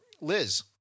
Liz